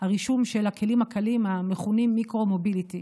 הרישום של הכלים הקלים המכונים "מיקרו-מוביליטי".